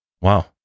wow